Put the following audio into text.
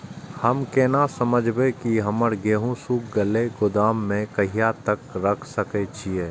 हम केना समझबे की हमर गेहूं सुख गले गोदाम में कहिया तक रख सके छिये?